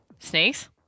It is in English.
Snakes